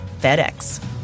FedEx